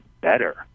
better